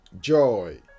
joy